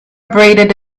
abraded